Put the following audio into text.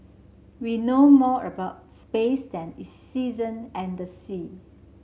we know more about space than the season and the sea